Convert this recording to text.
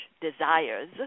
desires